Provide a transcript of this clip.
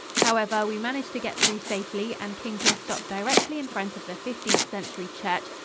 however, we managed to get through safely and came to a stop directly in front of the fifteenth century church,